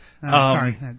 sorry